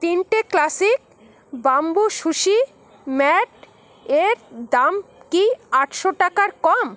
তিনটে classic bamboo sushi ম্যাটের দাম কি আটশো টাকার কম